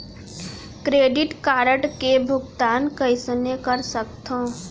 Credit card के भुगतान कईसने कर सकथो?